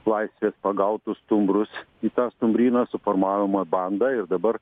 laisvės pagautus stumbrus į tą stumbryną suformavome bandą ir dabar